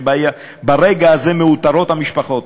וברגע הזה מאותרות המשפחות.